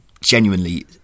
genuinely